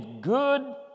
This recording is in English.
good